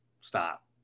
stop